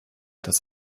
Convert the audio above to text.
das